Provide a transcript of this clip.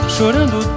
Chorando